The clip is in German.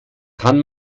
kann